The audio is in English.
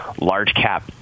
large-cap